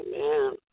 Amen